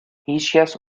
هیچکس